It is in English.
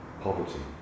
poverty